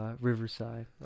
Riverside